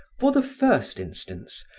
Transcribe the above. for the first instance,